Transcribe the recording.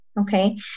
Okay